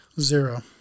Zero